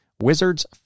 Wizard's